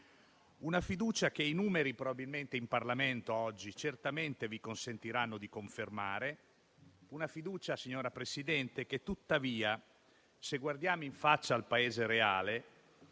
Una fiducia che i numeri in Parlamento oggi certamente vi consentiranno di confermare. Una fiducia, signora Presidente, che tuttavia, se guardiamo in faccia il Paese reale,